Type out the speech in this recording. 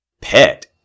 Pet